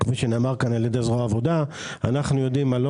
כפי שאמרו פה זרוע העבודה אנחנו יודעים על לא